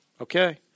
okay